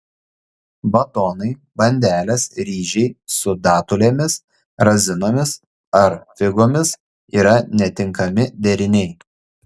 batonai bandelės ryžiai su datulėmis razinomis ar figomis yra netinkami deriniai